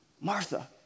Martha